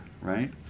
right